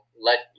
let